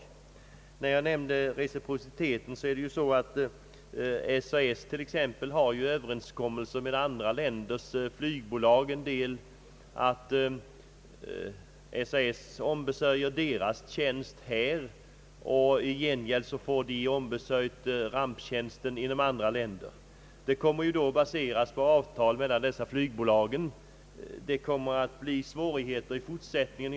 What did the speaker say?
Beträffande reciprociteten vill jag framhålla, att SAS t.ex. har överenskommelser med andra länders flygbolag. SAS ombesörjer deras tjänst här och i gengäld får SAS sin ramptjänst i andra länder utförd. Detta samarbete baseras på avtal mellan flygbolagen. Det kommer att bli svårigheter i fortsättningen.